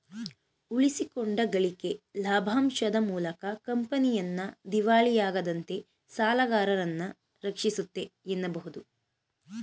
ಉಳಿಸಿಕೊಂಡ ಗಳಿಕೆ ಲಾಭಾಂಶದ ಮೂಲಕ ಕಂಪನಿಯನ್ನ ದಿವಾಳಿಯಾಗದಂತೆ ಸಾಲಗಾರರನ್ನ ರಕ್ಷಿಸುತ್ತೆ ಎನ್ನಬಹುದು